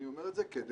אני אומר את זה כדי,